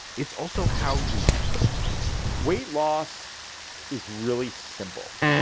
it's also how you eat weight loss is really simple.